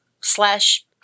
slash